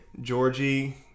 Georgie